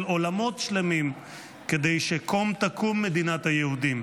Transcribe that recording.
עולמות שלמים כדי שקום תקום מדינת היהודים.